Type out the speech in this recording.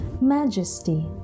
majesty